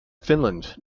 finland